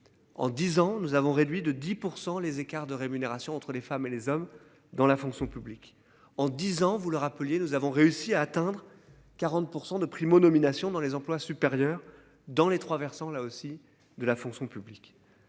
En disant nous avons réduit de 10% les écarts de rémunération entre les femmes et les hommes dans la fonction publique en 10 ans, vous le rappeliez, nous avons réussi à atteindre 40% de prime aux nominations dans les emplois supérieurs dans les trois versants là aussi de la fonction publique.